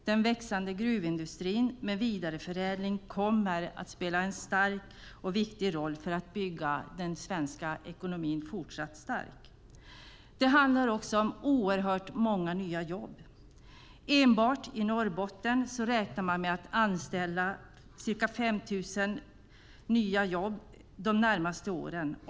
Den växande gruvindustrin med vidareförädling kommer att spela en viktig roll för att bygga den svenska ekonomin fortsatt stark. Det handlar om oerhört många nya jobb. Enbart i Norrbotten räknar man med att anställa ca 5 000 personer de närmaste åren.